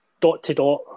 dot-to-dot